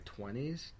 20s